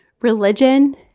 religion